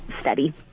steady